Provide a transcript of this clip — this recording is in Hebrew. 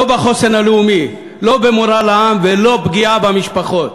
לא בחוסן הלאומי ולא במורל העם ולא פוגעות במשפחות.